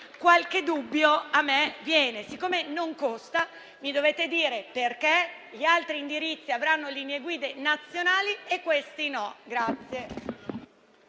qualche dubbio a me viene. Siccome non costa, mi dovete spiegare perché gli altri indirizzi avranno linee guida nazionali e questi no.